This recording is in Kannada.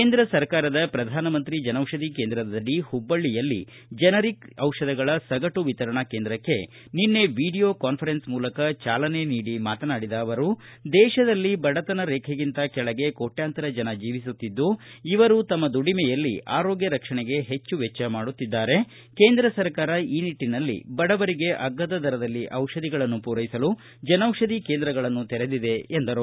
ಕೇಂದ್ರ ಸರ್ಕಾರದ ಪ್ರಧಾನಮಂತ್ರಿ ಜನೌಷಧಿ ಕೇಂದ್ರದಡಿ ಮಬ್ಬಳ್ಳಿಯಲ್ಲಿ ಜನರಿಕ್ ಡಿಷಧಗಳ ಸಗಟು ವಿಶರಣಾ ಕೇಂದ್ರಕ್ಕ ನಿನ್ನೆ ವೀಡಿಯೋ ಕಾನ್ಸರೆನ್ಸ್ ಮೂಲಕ ಜಾಲನೆ ನೀಡಿ ಮಾತನಾಡಿದ ಅವರು ದೇಶದಲ್ಲಿ ಬಡತನ ರೇಖೆಗಿಂತ ಕೆಳಗೆ ಕೋಟ್ನಾಂತರ ಜನ ಜೀವಿಸುತ್ತಿದ್ದು ಇವರು ತಮ್ಮ ದುಡಿಮೆಯಲ್ಲಿ ಆರೋಗ್ಯ ರಕ್ಷಣಗೆ ಹೆಚ್ಚು ವೆಚ್ಚ ಮಾಡುತ್ತಿದ್ದಾರೆ ಕೇಂದ್ರ ಸರ್ಕಾರ ಈ ನಿಟ್ಟಿನಲ್ಲಿ ಬಡವರಿಗೆ ಅಗ್ಗದ ದರದಲ್ಲಿ ಔಷಧಿಗಳನ್ನು ಪೂರೈಸಲು ಜನೌಷಧಿ ಕೇಂದ್ರಗಳನ್ನುತೆರೆದಿದೆ ಎಂದರು